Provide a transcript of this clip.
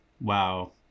Wow